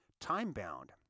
time-bound